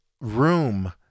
room